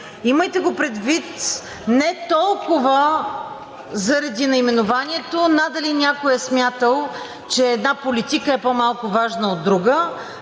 Имайте го предвид не толкова заради наименованието. Надали някой е смятал, че една политика е по-малко важна от друга,